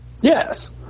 Yes